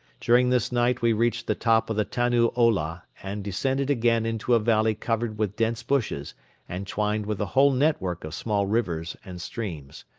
during this night we reached the top of the tannu ola and descended again into a valley covered with dense bushes and twined with a whole network of small rivers and streams.